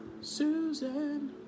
Susan